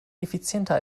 effizienter